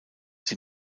die